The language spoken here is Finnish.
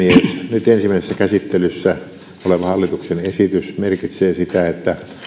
nyt ensimmäisessä käsittelyssä oleva hallituksen esitys merkitsee sitä että